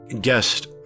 guest